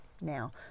now